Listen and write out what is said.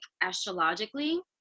astrologically